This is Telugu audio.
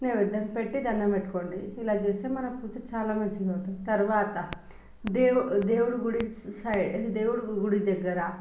నైవేద్యం పెట్టి దండం పెట్టుకోండి ఇలా చేస్తే మన పూజ చాలా మంచిగా అవుతుంది తరువాత దేవుడు గుడి దేవుడు గుడి సై దేవుడు గుడి దగ్గర